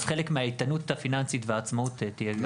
אז חלק מהאיתנות הפיננסית והעצמאות תהיה גם שם.